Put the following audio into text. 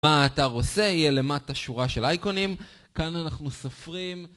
מה האתר עושה, יהיה למטה שורה של אייקונים, כאן אנחנו סופרים...